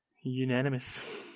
Unanimous